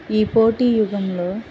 ఈ పోటీ యుగంలో